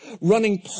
running